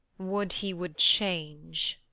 would he would change!